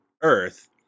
Earth